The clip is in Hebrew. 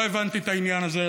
לא הבנתי את העניין הזה.